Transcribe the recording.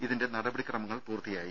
ഇതിന്റെ നടപടിക്രമങ്ങൾ പൂർത്തിയായി